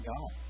God